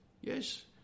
Yes